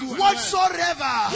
whatsoever